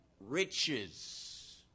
riches